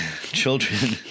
Children